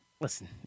listen